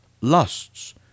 lusts